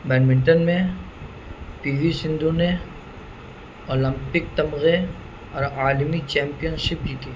badminton میں P V Sindhu نے Olympic تمغے اور عالمی چیمپنشپ جیتی